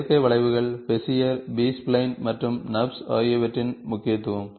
செயற்கை வளைவுகள் Bezier B spline மற்றும் NURBS ஆகியவற்றின் முக்கியத்துவம்